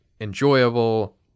enjoyable